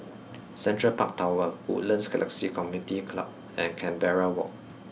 Central Park Tower Woodlands Galaxy Community Club and Canberra Walk